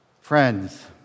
Friends